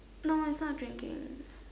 no it's not drinking